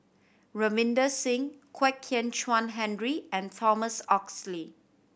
Ravinder Singh Kwek Kian Chuan Henry and Thomas Oxley